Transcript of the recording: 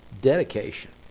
dedication